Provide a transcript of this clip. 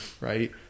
right